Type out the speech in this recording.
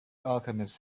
alchemist